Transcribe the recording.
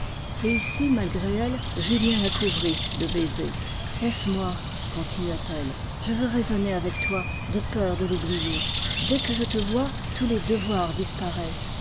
et ici malgré elle julien la couvrit de baisers laisse-moi continua-t-elle je veux raisonner avec toi de peur de l'oublier dès que je te vois tous les devoirs disparaissent